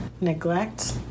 neglect